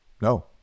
no